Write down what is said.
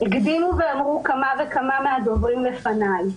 כמו שאמרו כמה מהדוברים לפניי,